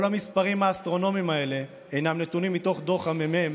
כל המספרים האסטרונומיים האלה הינם נתונים מתוך דוח הממ"מ